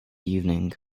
evening